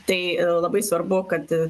tai labai svarbu kad